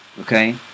Okay